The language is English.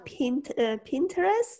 Pinterest